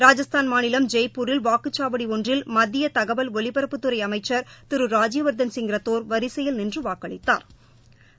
ராஜஸ்தான் மாநிலம் ஜெய்ப்பூரில் வாக்குச்சாவடி ஒன்றில் மத்திய தகவல் ஒலிபரப்புத் துறை அமைச்சர் திரு ராஜ்யவர்தன் சிங் ரத்தோர் வரிசையில் நின்று வாக்களித்தாா்